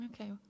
okay